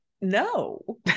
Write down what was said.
no